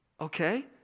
Okay